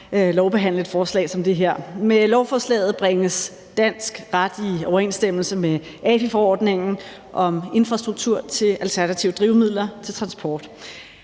og behandle et lovforslag som det her. Med lovforslaget bringes dansk ret i overensstemmelse med AFI-forordningen om infrastruktur for alternative drivmidler til transport,